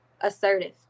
assertive